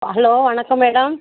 hello வணக்கம் madam